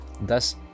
Thus